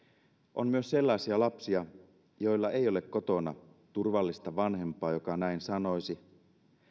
on myös sellaisia lapsia joilla ei ole kotona turvallista vanhempaa joka näin sanoisi